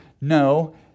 No